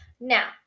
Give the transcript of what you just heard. Now